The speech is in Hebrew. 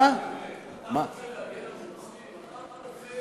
אתה רוצה להגן על רוצחים?